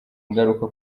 ingaruka